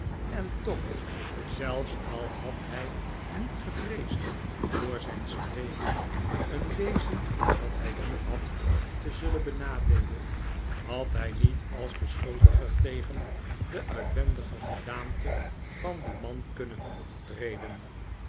en toch zelfs al had hij niet gevreesd door zijn spreken een wezen dat hij liefhad te zullen benadeelen had hij niet als beschuldiger tegen de uitwendige gedaante van dien man kunnen optreden